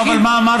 לא, אבל מה אמרתי?